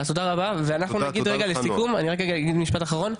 אז תודה רבה ואנחנו נגיד רגע משפט לסיכום,